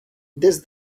this